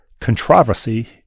controversy